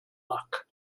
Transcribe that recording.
luck